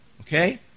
Okay